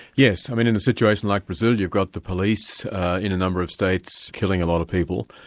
yes. i mean in a situation like brazil, you've got the police in a number of states, killing a lot of people,